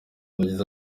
yagize